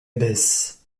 abbesse